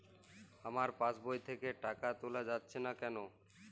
আমার পাসবই থেকে টাকা তোলা যাচ্ছে না কেনো?